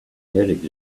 head